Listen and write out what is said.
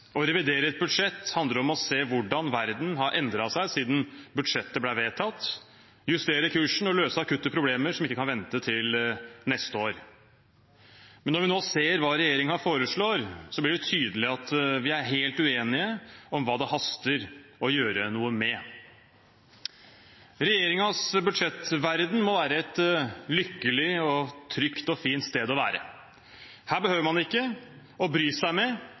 Å revidere et budsjett handler om å se hvordan verden har endret seg siden budsjettet ble vedtatt, justere kursen og løse akutte problemer som ikke kan vente til neste år. Når vi nå ser hva regjeringen foreslår, blir det tydelig at vi er helt uenige om hva det haster å gjøre noe med. Regjeringens budsjettverden må være et lykkelig, trygt og fint sted å være. Her behøver man ikke å bry seg med